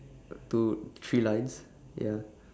two three lines ya